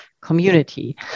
community